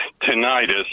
tinnitus